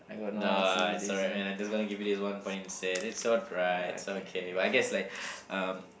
nah it's alright man I'm just gonna give you this one point instead it's alright it's okay but I guess like um